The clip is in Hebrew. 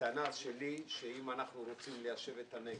הטענה שלי היא שאם אנחנו רוצים ליישב את הנגב,